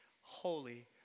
holy